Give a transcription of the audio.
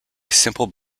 simple